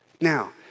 Now